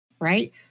right